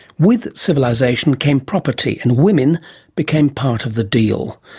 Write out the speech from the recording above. with civilisation came property, and women became part of the deal.